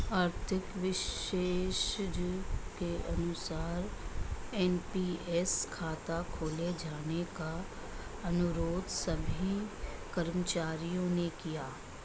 आर्थिक विशेषज्ञ के अनुसार एन.पी.एस खाता खोले जाने का अनुरोध सभी कर्मचारियों ने किया